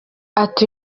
ati